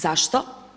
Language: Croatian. Zašto?